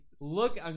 Look